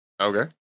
Okay